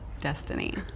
destiny